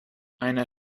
einer